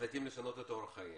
מחליטים לשנות את אורח חייהם,